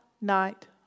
night